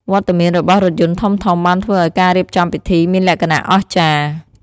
វត្តមានរបស់រថយន្តធំៗបានធ្វើឱ្យការរៀបចំពិធីមានលក្ខណៈអស្ចារ្យ។